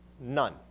None